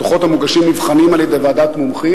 הדוחות המוגשים נבחנים על-ידי ועדת מומחים,